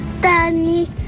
Danny